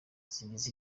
zigize